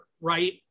right